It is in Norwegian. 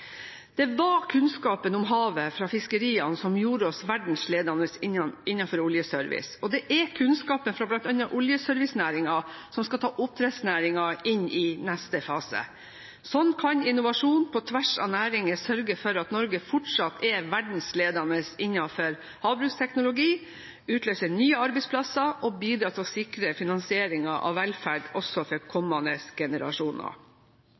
Det var kunnskapen om havet fra fiskeriene som gjorde oss verdensledende innenfor oljeservice, og det er kunnskapen fra bl.a. oljeservicenæringen som skal ta oppdrettsnæringen inn i neste fase. Slik kan innovasjon på tvers av næringer sørge for at Norge fortsatt er verdensledende innenfor havbruksteknologi, utløse nye arbeidsplasser og bidra til å sikre finansieringen av velferd også for kommende generasjoner.